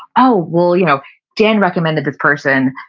oh, well you know dan recommended this person,